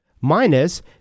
minus